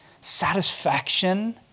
satisfaction